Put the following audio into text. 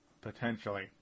potentially